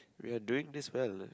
we are doing this well